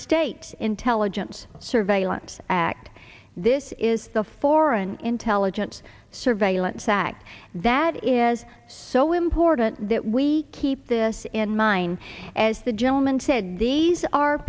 states intelligence surveillance act this is the foreign intelligence surveillance act that is so important that we keep this in mind as the gentleman said these are